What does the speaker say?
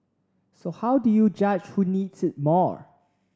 so how do you judge who needs it more